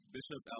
Bishop